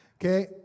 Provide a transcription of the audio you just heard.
Okay